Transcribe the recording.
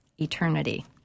eternity